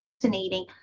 fascinating